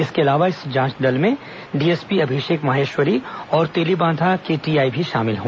इसके अलावा इस जांच दल में डीएसपी अभिषेक माहेश्वरी और तेलीबांधा के टीआई भी शामिल हैं